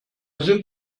sind